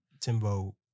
Timbo